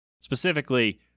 specifically